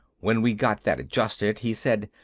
when we'd got that adjusted he said,